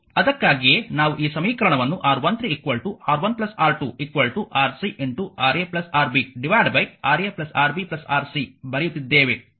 ಅದಕ್ಕಾಗಿಯೇ ನಾವು ಈ ಸಮೀಕರಣವನ್ನು R13 R1R2 RcRa Rb Ra Rb Rc ಬರೆಯುತ್ತಿದ್ದೇವೆ